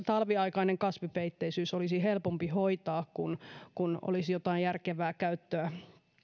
talviaikainen kasvipeitteisyys olisi helpompi hoitaa kun kun olisi jotain järkevää käyttöä